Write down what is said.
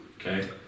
Okay